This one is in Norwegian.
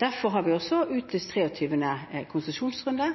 Derfor har vi også utlyst 23. konsesjonsrunde.